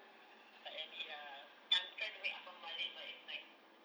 tak jadi ah then I'm try to make apam balik but it's like